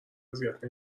اذیت